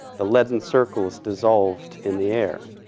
the leaden circles dissolved in the air,